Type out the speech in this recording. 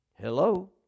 Hello